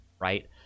right